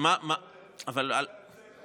מה אתה יוצא נגד שר המורשת?